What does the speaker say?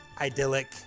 idyllic